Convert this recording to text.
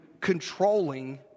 controlling